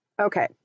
Okay